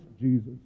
Jesus